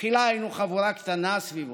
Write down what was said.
תחילה היינו חבורה קטנה סביבו,